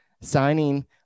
signing